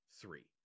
three